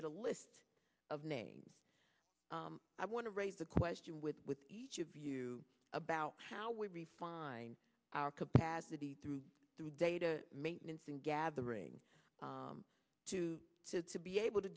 get a list of names i want to raise the question with each of you about how we refine our capacity through through data maintenance and gathering to to to be able to